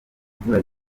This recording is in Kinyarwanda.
mvura